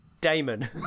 Damon